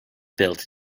built